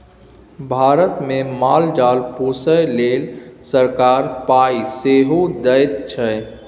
भारतमे माल जाल पोसय लेल सरकार पाय सेहो दैत छै